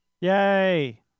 Yay